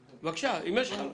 בבקשה, אם יש לך.